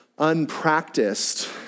Unpracticed